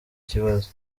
kibazo